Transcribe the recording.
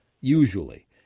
Usually